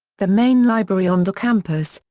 the main library on the campus,